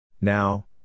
Now